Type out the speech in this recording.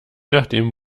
nachdem